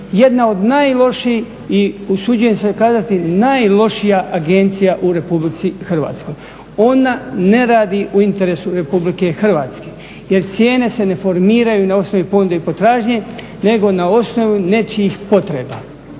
jedna od najlošijih i usuđujem se kazati najlošija agencija u RH. Ona ne radi u interesu RH jer cijene se ne formiraju na osnovi ponude i potražnje nego na osnovi nečijih potreba,